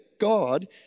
God